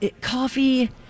Coffee